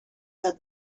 said